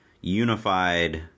unified